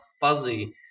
fuzzy